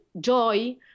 joy